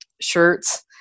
shirts